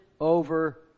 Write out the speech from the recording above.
over